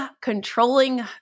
controlling